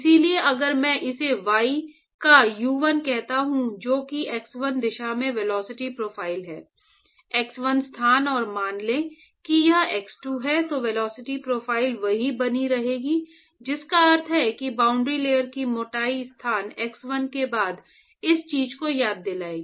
इसलिए अगर मैं इसे y का u1 कहता हूं जो कि x1 दिशा में वेलोसिटी प्रोफ़ाइल है X1 स्थान और मान लें कि यह x2 है तो वेलोसिटी प्रोफ़ाइल वही बनी रहेगी जिसका अर्थ है कि बाउंड्री लेयर की मोटाई स्थान X1 के बाद इस चीज को याद दिलाएगी